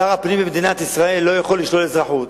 שר הפנים במדינת ישראל לא יכול לשלול אזרחות.